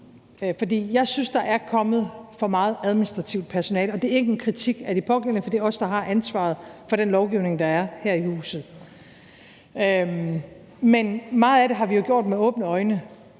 jeg synes, der er kommet for meget administrativt personale. Og det er ikke en kritik af de pågældende, for det er os, der har ansvaret for den lovgivning, der er her i huset. Men meget af det har vi jo gjort med åbne øjne.